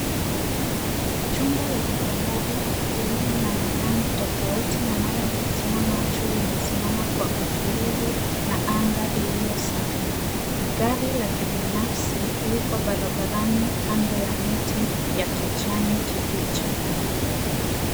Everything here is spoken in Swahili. Jumba la kifahari lililo na rangi tofauti tofauti inayo vutia macho, limesimama kwa utulivu na anga iliyo safi. Gari la kibinafsi liko barabarani kando ya miti ya kijani kibichi.